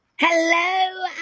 Hello